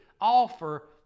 offer